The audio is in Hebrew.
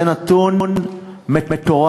זה נתון מטורף.